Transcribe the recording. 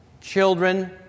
children